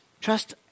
trust